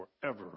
forever